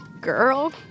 Girl